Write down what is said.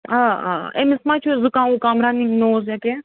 آ آ أمِس ما چھُ زُکام وُکام رَنِنٛگ نوز یا کیٚنٛہہ